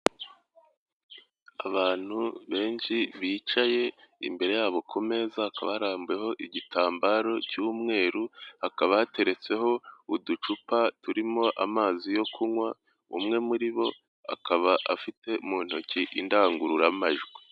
Abantu benshi bicaye imbere yabo ku meza hakaba harambuyeho igitambaro cy'umweru, hakaba hateretseho uducupa turimo amazi yo kunywa, umwe muri bo akaba afite mu ntoki indangururamajwi.